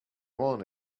want